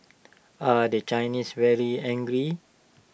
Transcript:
are the Chinese very angry